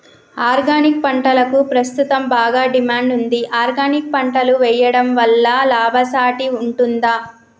Organic పంటలకు ప్రస్తుతం బాగా డిమాండ్ ఉంది ఆర్గానిక్ పంటలు వేయడం వల్ల లాభసాటి ఉంటుందా?